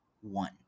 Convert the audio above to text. one